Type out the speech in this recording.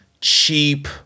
cheap